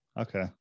Okay